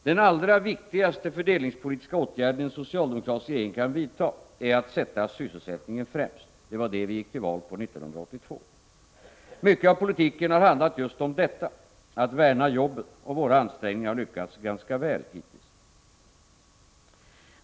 Den allra viktigaste fördelningspolitiska åtgärden en socialdemokratisk regering kan vidta är att sätta sysselsättningen främst. Det var det vi gick till val på 1982. Mycket av politiken har handlat just om detta, att värna jobben, och våra ansträngningar har lyckats ganska väl hittills.